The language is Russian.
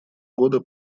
года